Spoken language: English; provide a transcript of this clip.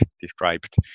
described